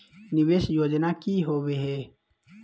निवेस योजना की होवे है?